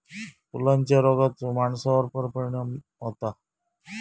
फुलांच्या रोगाचो माणसावर पण परिणाम होता